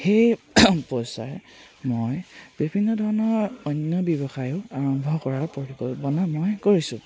সেই পইচাই মই বিভিন্ন ধৰণৰ অন্য ব্যৱসায়ো আৰম্ভ কৰাৰ পৰিকল্পনা মই কৰিছোঁ